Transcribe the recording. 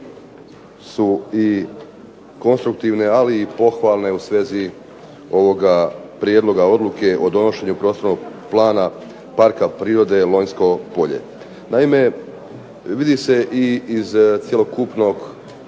su i konstruktivne ali i pohvalne u svezi ovoga Prijedloga odluke o donošenju prostornog plana Parka prirode Lonjsko polje. Naime, vidi se iz cjelokupnog